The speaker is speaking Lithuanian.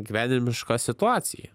gyvenimišką situaciją